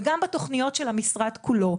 וגם בתוכניות של המשרד כולו,